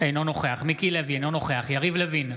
אינו נוכח מיקי לוי, אינו נוכח יריב לוין,